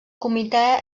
comitè